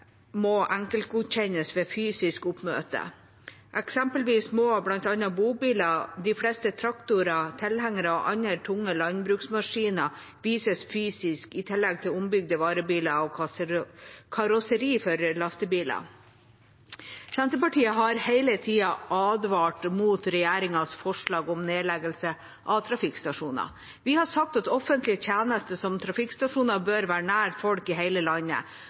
må enkeltgodkjennes ved fysisk oppmøte. Eksempelvis må bl.a. bobiler, de fleste traktorer, tilhengere og andre tunge landbruksmaskiner vises fysisk, i tillegg til ombygde varebiler og karosseri for lastebiler. Senterpartiet har hele tida advart mot regjeringas forslag om nedleggelse av trafikkstasjoner. Vi har sagt at offentlige tjenester som trafikkstasjoner bør være nær folk i hele landet,